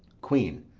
queen.